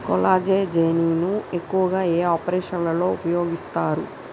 కొల్లాజెజేని ను ఎక్కువగా ఏ ఆపరేషన్లలో ఉపయోగిస్తారు?